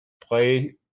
play